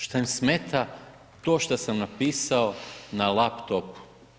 Što im smeta to što sam napisao na laptop.